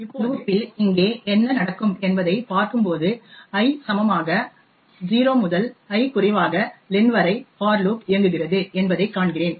இப்போது for loop இல் இங்கே என்ன நடக்கும் என்பதைப் பார்க்கும்போது I சமமாக 0 முதல் i குறைவாக லென் வரை ஃபார் லூப் இயங்குகிறது என்பதைக் காண்கிறேன்